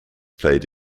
played